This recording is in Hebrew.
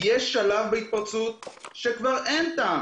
יש שלב בהתפרצות שבו כבר אין טעם